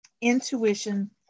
Intuition